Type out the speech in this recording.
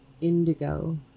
indigo